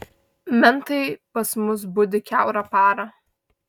mentai pas mus budi kiaurą parą